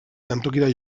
jantokira